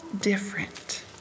different